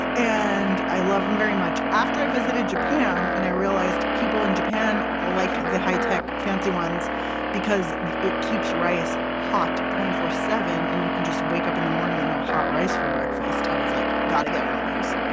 and i love him very much. after i visited japan and i realized people in japan like the high-tech fancy ones because it keeps rice hot two four zero seven and you can just wake up in the morning and have hot rice for breakfast, i was like, got to get one of these.